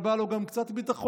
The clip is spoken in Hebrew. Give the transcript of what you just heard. אבל בא לו גם קצת ביטחון.